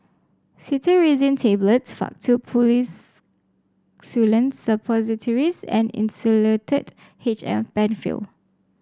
Cetirizine Tablets Faktu Policresulen Suppositories and Insulatard H M Penfill